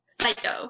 Psycho